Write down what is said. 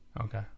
Okay